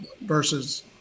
Versus